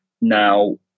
Now